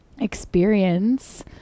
experience